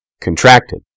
contracted